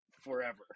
forever